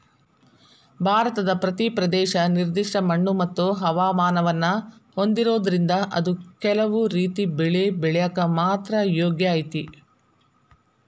ಭಾರತದ ಪ್ರತಿ ಪ್ರದೇಶ ನಿರ್ದಿಷ್ಟ ಮಣ್ಣುಮತ್ತು ಹವಾಮಾನವನ್ನ ಹೊಂದಿರೋದ್ರಿಂದ ಅದು ಕೆಲವು ರೇತಿ ಬೆಳಿ ಬೆಳ್ಯಾಕ ಮಾತ್ರ ಯೋಗ್ಯ ಐತಿ